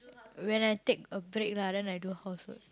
when I take a break lah then I do house work